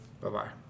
Bye-bye